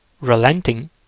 relenting